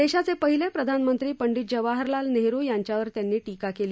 देशाचे पहिले प्रधानमंत्री पंडित जवाहरलाल नेहरु यांच्यावर त्यांनी टीका केली